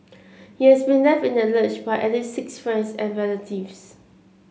he has been left in the lurch by at six friends and relatives